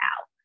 out